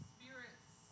Spirit's